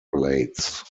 blades